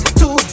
two